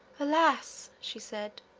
alas! she said,